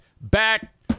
Back